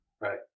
Right